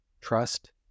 trust